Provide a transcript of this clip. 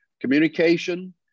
communication